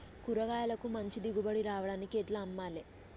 కూరగాయలకు మంచి దిగుబడి రావడానికి ఎట్ల అమ్మాలే?